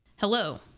Hello